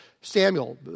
Samuel